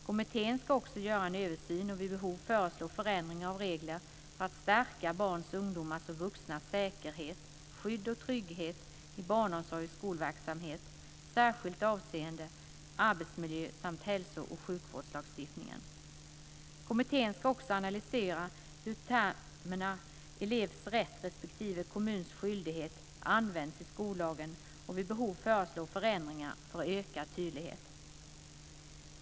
Kommittén ska också göra en översyn och vid behov föreslå förändringar av regler för att stärka barns, ungdomars och vuxnas säkerhet, skydd och trygghet i barnomsorgsoch skolverksamheten, särskilt avseende arbetsmiljösamt hälso och sjukvårdslagstiftningen. Kommittén ska också analysera hur termerna elevs rätt respektive kommuns skyldighet används i skollagen och vid behov föreslå förändringar för ökad tydlighet.